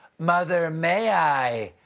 mother may i.